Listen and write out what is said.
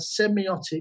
semiotic